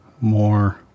more